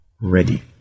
ready